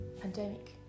pandemic